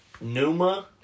Numa